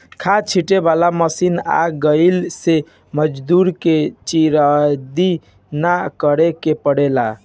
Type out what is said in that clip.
खाद छींटे वाला मशीन आ गइला से मजूरन के चिरौरी ना करे के पड़ेला